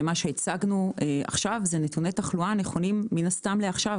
שהצגנו עכשיו זה נתוני תחלואה נכונים לעכשיו.